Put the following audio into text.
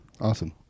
Awesome